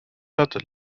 hat